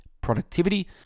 productivity